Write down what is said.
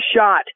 shot